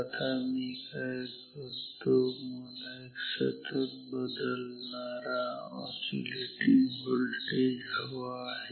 आता मी काय करतो मला एक सतत बदलणारा ऑसीलेटिंग व्होल्टेज हवा आहे